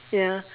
ya